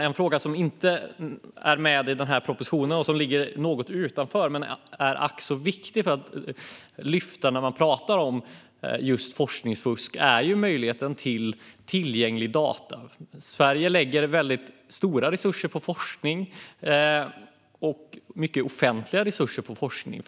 En fråga som inte är med i propositionen och som ligger något utanför ämnet, men som är ack så viktig att lyfta upp i diskussioner om forskningsfusk, är att tillgängliggöra data. Sverige lägger stora resurser på forskning och mycket offentliga resurser på forskning.